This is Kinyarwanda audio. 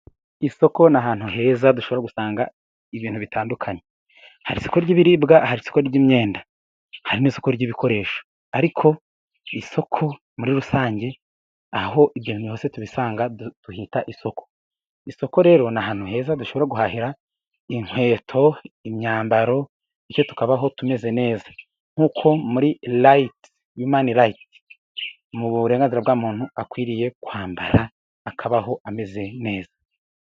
Isoko ni ahantu heza dushobora gusanga ibintu bitandukanye. Hari isoko ry'ibiribwa, hari isoko ry'imyenda, harimo isoko ry'ibikoresho ariko isoko muri rusange ahaho ibi byose tubisanga tuhita isoko. Rero ni ahantu heza dushobora guhahira inkweto, imyambaro bityo tukabaho tumeze neza nk'uko muri yumanirayiti mu burenganzira bw'umuntu akwiriye kwambara akabaho ameze neza.